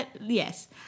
Yes